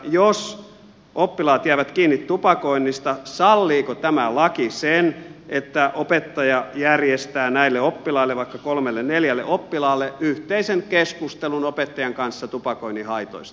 jos oppilaat jäävät kiinni tupakoinnista salliiko tämä laki sen että opettaja järjestää näille oppilaille vaikka kolmelle neljälle oppilaalle yhteisen keskustelun opettajan kanssa tupakoinnin haitoista